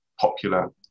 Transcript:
popular